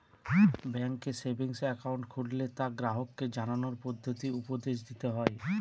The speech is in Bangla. ব্যাঙ্কে সেভিংস একাউন্ট খুললে তা গ্রাহককে জানানোর পদ্ধতি উপদেশ দিতে হয়